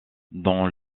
dans